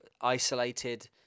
isolated